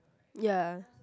ya